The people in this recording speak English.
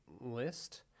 List